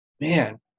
man